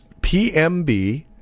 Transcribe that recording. PMB